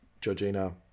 Georgina